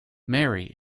marry